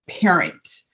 parent